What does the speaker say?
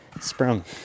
sprung